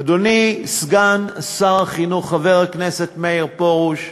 אדוני, סגן שר החינוך חבר הכנסת מאיר פרוש,